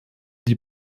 die